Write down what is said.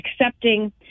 accepting